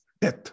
death